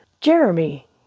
Jeremy